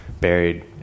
buried